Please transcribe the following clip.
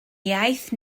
iaith